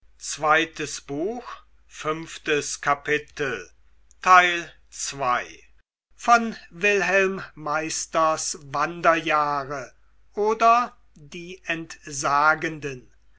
goethe wilhelm meisters wanderjahre oder die entsagenden